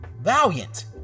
valiant